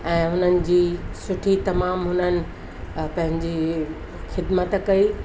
ऐं हुननि जी सुठी तमामु हुननि पंहिंजी ख़िदमत कई